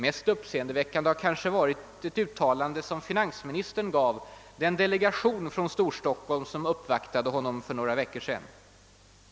Mest uppseendeväckande har kanske varit ett uttalande som finansministern gjorde inför den delegation från Storstockholm som uppvaktade honom för några veckor sedan.